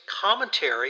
commentary